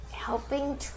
Helping